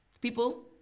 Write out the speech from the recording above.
people